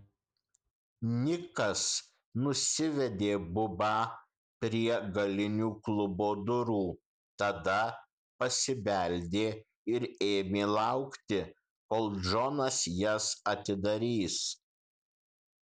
nikas nusivedė bubą prie galinių klubo durų tada pasibeldė ir ėmė laukti kol džonas jas atidarys